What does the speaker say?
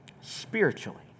spiritually